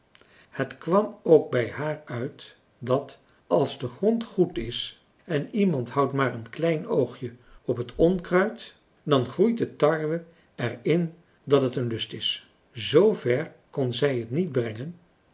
het kwam ook bij hààr uit dat als de grond goed is en iemand houdt maar een klein oogje op het onkruid dan groeit de tarwe er in dat het een lust is zver kon zij het niet brengen